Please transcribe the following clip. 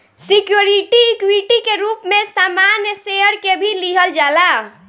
security equity के रूप में सामान्य शेयर के भी लिहल जाला